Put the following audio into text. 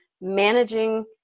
managing